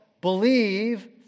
believe